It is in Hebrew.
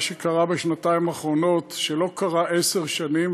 מה שקרה בשנתיים האחרונות שלא קרה עשר שנים,